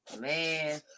Man